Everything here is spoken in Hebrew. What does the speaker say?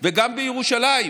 וגם בירושלים,